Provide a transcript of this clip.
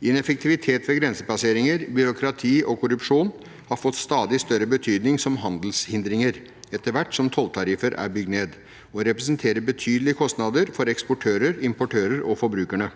Ineffektivitet ved grensepasseringer, byråkrati og korrupsjon har fått stadig større betydning som handelshindringer etter hvert som tolltariffer er bygget ned, og representerer betydelige kostnader for eksportører, importører og forbrukerne.